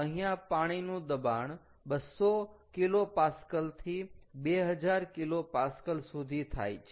અહીંયા પાણીનું દબાણ 200 kPa થી 2000 kPa સુધી થાય છે